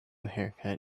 haircut